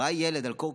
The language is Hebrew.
ראה ילד על קורקינט,